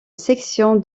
section